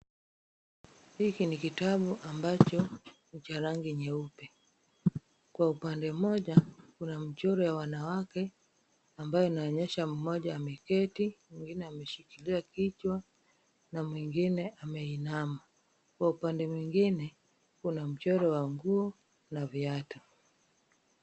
Hiki ni kitabu ambacho ni cha rangi nyeupe. Kwa upande mmoja, kuna mchoro wa wanawake ambayo inaonyesha mmoja ameketi, mwingine ameshikilia kichwa na mwingine ameinama. Kwa upande mwingine kuna mchoro wa nguo na viatu.